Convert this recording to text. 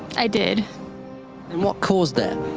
i did. and what caused that?